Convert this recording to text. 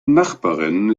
nachbarin